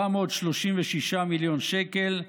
736 מיליון שקל.